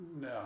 No